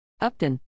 Upton